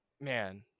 man